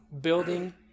building